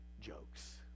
jokes